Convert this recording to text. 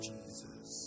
Jesus